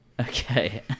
Okay